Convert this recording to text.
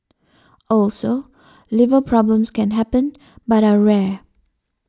also liver problems can happen but are rare